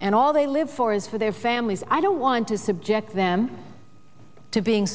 and all they live for is for their families i don't want to subject them to being